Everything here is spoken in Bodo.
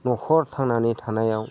न'खर थांनानै थानायाव